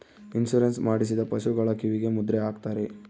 insurance ಮಾಡಿಸಿದ ಪಶುಗಳ ಕಿವಿಗೆ ಮುದ್ರೆ ಹಾಕ್ತಾರೆ